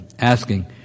asking